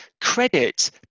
credit